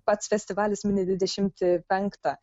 pats festivalis mini dvidešimt penktą